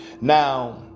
Now